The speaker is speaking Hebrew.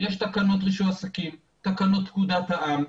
יש תקנות רישוי עסקים, תקנות פקודת העם,